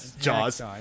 jaws